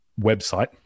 website